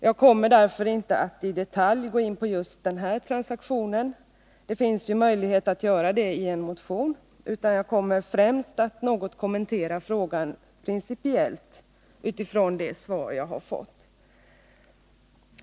Jag kommer därför inte att i detalj gå in på just den här transaktionen — det finns ju möjlighet att göra det i en motion — utan jag skall främst kommentera frågan principiellt utifrån det svar jag har fått.